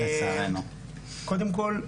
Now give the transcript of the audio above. קודם כל,